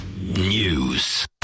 News